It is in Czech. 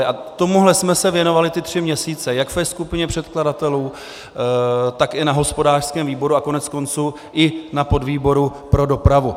A tomuhle jsme se věnovali ty tři měsíce jak ve skupině předkladatelů, tak i na hospodářském výboru a koneckonců i na podvýboru pro dopravu.